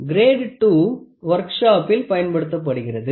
great 2 வொர்க்ஷாப்பில் பயன்படுத்தப்படுகிறது